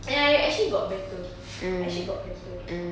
and I actually got better I actually got better